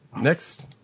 Next